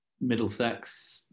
Middlesex